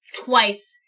twice